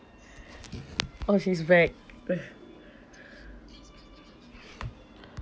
oh she's back